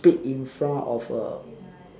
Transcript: speak in front of a